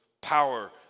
power